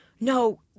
no